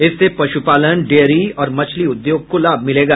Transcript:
इससे पशुपालन डेयरी और मछली उद्योग को लाभ मिलेगा